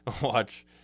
watch